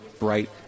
bright